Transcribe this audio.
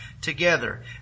together